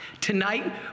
Tonight